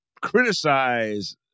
criticize